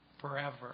forever